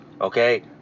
Okay